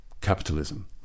capitalism